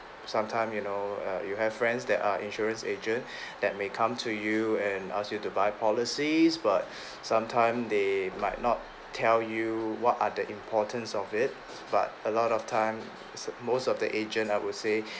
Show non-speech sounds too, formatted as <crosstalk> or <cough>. sometime you know err you have friends that are insurance agent <breath> that may come to you and ask you to buy policies but sometime they might not tell you what are the importance of it but a lot of time is most of the agent I would say